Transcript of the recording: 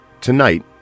tonight